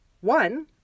one